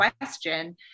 question